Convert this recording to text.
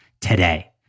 today